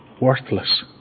worthless